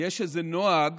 יש איזה נוהג